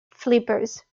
flippers